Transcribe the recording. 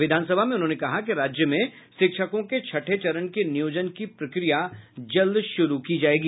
विधानसभा में उन्होंने कहा कि राज्य में शिक्षकों के छठे चरण के नियोजन की प्रक्रिया जल्द शुरू की जायेगी